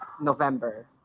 November